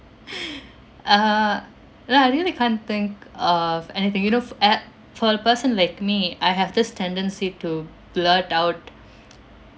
uh ya I really can't think of anything you know f~ at for a person like me I have this tendency to blurt out